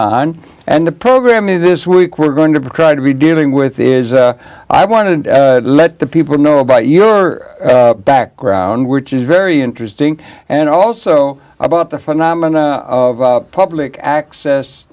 on and the program me this week we're going to try to be dealing with is i want to let the people know about your background which is very interesting and also about the phenomena of public access